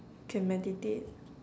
can meditate